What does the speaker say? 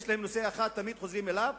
יש להם נושא אחד שתמיד חוזרים אליו,